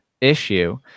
issue